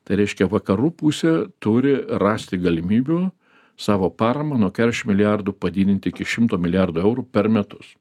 tai reiškia vakarų pusė turi rasti galimybių savo paramą nuo kedešimt milijardų padidinti iki šimto milijardų eurų per metus